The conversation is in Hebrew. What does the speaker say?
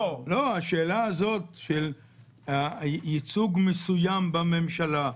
השאלה של ייצוג מסוים בממשלה,